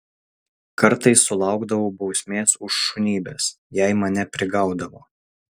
kartais sulaukdavau bausmės už šunybes jei mane prigaudavo